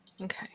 Okay